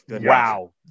wow